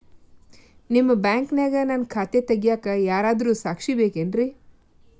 ನಿಮ್ಮ ಬ್ಯಾಂಕಿನ್ಯಾಗ ನನ್ನ ಖಾತೆ ತೆಗೆಯಾಕ್ ಯಾರಾದ್ರೂ ಸಾಕ್ಷಿ ಬೇಕೇನ್ರಿ?